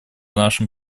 нашим